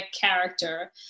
character